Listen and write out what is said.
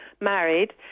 married